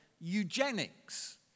eugenics